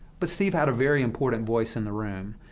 but steve had a very important voice in the room,